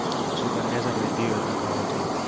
सुकन्या समृद्धि योजना का होथे